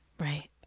Right